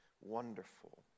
Wonderful